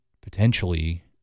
potentially